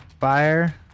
fire